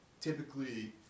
typically